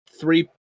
three